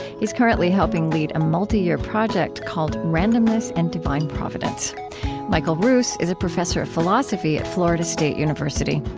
he's currently helping lead a multi-year project called randomness and divine providence michael ruse is a professor of philosophy at florida state university.